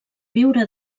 viure